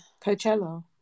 coachella